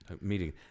Meeting